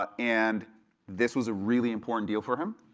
ah and this was a really important deal for him,